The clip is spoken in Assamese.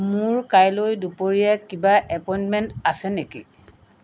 মোৰ কাইলৈ দুপৰীয়া কিবা এপইণ্টমেণ্ট আছে নেকি